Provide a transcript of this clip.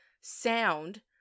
sound